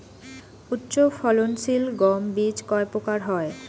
উচ্চ ফলন সিল গম বীজ কয় প্রকার হয়?